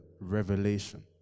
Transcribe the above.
revelation